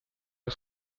oss